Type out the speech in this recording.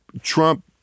Trump